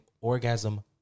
orgasm